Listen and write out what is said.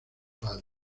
padre